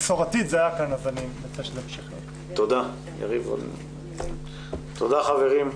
תודה רבה חברים.